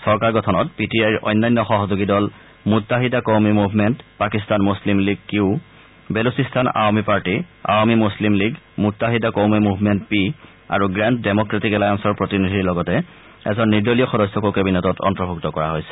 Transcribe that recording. চৰকাৰ গঠনত P T আইৰ অন্যান্য সহযোগী দল Muttahida Qaumi Movement Pakistan Muslim League Q Balochistan Awami Party Awami Muslim League Muttahida Qaumi Movement P আৰু গ্ৰেণ্ড ডেমক্ৰেটিক এলায়েন্সৰ প্ৰতিনিধিৰ লগতে এজন নিৰ্দলীয় সদস্যকো কেবিনেটত অন্তৰ্ভুক্ত কৰা হৈছে